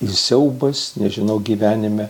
siaubas nežinau gyvenime